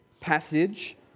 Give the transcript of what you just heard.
passage